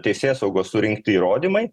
teisėsaugos surinkti įrodymai